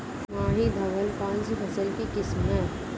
माही धवल कौनसी फसल की किस्म है?